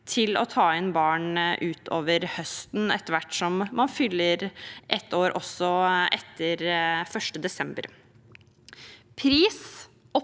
til å ta inn barn utover høsten, etter hvert som man fyller ett år, også etter 1. desember. Pris,